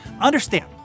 Understand